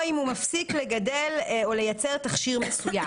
או אם הוא מפסיק לגדל או לייצר תכשיר מסוים.